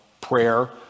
Prayer